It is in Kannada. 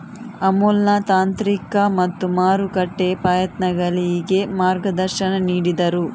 ಅಮುಲ್ನ ತಾಂತ್ರಿಕ ಮತ್ತು ಮಾರುಕಟ್ಟೆ ಪ್ರಯತ್ನಗಳಿಗೆ ಮಾರ್ಗದರ್ಶನ ನೀಡಿದರು